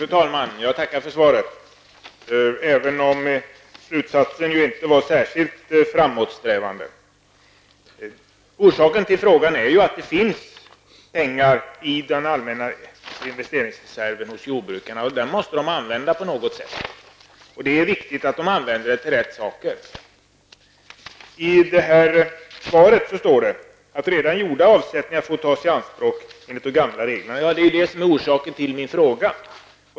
Fru talman! Jag tackar för svaret även om det inte var särskilt framåtsträvande. Anledningen till frågan är att det finns pengar i den allmänna investeringsreserven hos jordbrukarna, och den måste de använda på något sätt. Det är viktigt att de använder den till rätt ändamål. I svaret står att redan gjorda avsättningar får tas i anspråk enligt de gamla reglerna. Det är anledningen till min fråga.